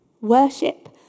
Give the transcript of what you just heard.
Worship